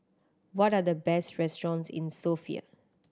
what are the best restaurants in Sofia